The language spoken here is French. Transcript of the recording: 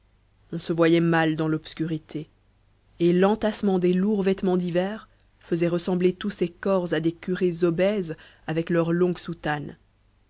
on se voyait mal dans l'obscurité et l'entassement des lourds vêtements d'hiver faisait ressembler tous ces corps à des curés obèses avec leurs longues soutanes